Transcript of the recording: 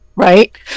Right